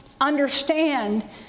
understand